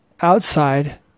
outside